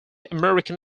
american